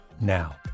now